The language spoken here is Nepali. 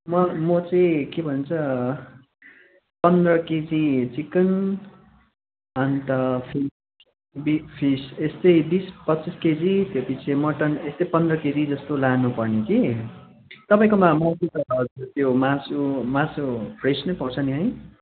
मला म चाहिँ के भन्छ पन्ध्र केजी चिकन अन्त फेरि बिफ फिस यस्तै बिस पच्चिस केजी त्यहाँपछि मटन यस्तै पन्ध्र केजी जस्तो लानु पर्ने कि तपाईँकोमा त्यो मासु मासु फ्रेस नै पाउँछ नि है